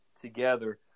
together